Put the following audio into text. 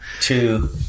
two